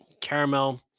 caramel